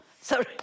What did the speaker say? Sorry